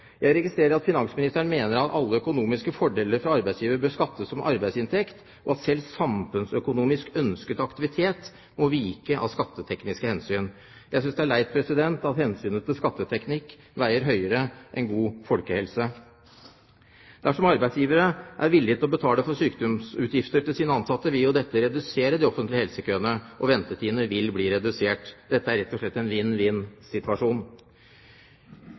Jeg registrerer at finansministeren mener at alle økonomiske fordeler fra arbeidsgiver bør skattes som arbeidsinntekt, og at selv samfunnsøkonomisk ønsket aktivitet må vike av skattetekniske hensyn. Jeg synes det er leit at hensynet til skatteteknikk veier tyngre enn god folkehelse. Dersom arbeidsgivere er villige til å betale for sykdomsutgifter til sine ansatte, vil jo dette redusere de offentlige helsekøene, og ventetidene vil bli redusert. Dette er rett og slett en